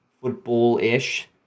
football-ish